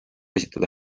esitada